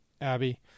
Abby